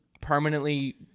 permanently